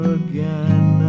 again